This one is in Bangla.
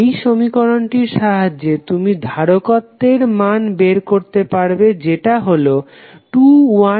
এই সমীকরণটির সাহায্যে তুমি ধারকত্বের মান বের করতে পারবে যেটা হলো 2122 mF